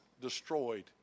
destroyed